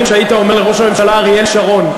שהיית אומר לראש הממשלה אריאל שרון.